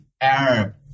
arab